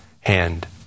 hand